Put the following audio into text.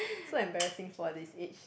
so embarrassing for this age